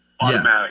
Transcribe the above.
automatic